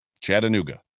Chattanooga